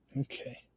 Okay